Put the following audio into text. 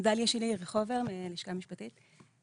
דליה שלי יריחובר מהלשכה המשפטית.